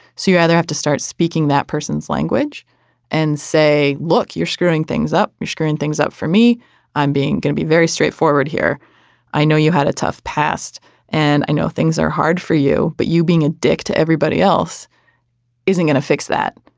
so you either have to start speaking that person's language and say look you're screwing things up you're screwing things up for me i'm being going to be very straightforward here i know you had a tough past and i know things are hard for you but you being a dick to everybody else isn't gonna fix that.